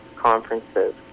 conferences